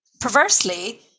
perversely